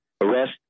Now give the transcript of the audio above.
arrest